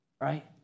right